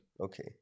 Okay